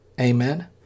Amen